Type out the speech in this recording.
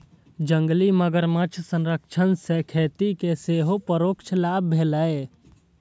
जंगली मगरमच्छ संरक्षण सं खेती कें सेहो परोक्ष लाभ भेलैए